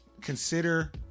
Consider